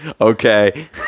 okay